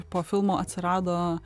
po filmo atsirado